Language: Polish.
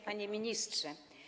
Panie Ministrze!